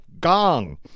Gong